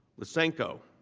listen call.